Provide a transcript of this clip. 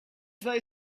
they